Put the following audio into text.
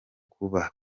kuba